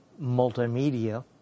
multimedia